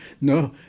No